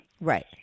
Right